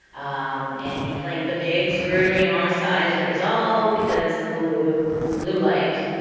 um and he claimed the pigs grew to enormous size. and it was all because of the blue the blue light